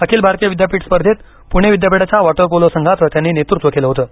अखिल भारतीय विद्यापीठ स्पर्धेत पूणे विद्यापीठाच्या वॉटरपोलो संघाचं त्यांनी नेतृत्व केलं होतं